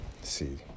see